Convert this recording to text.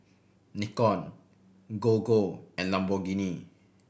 Nikon Gogo and Lamborghini